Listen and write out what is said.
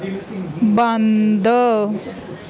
ਬੰਦ